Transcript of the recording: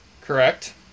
Correct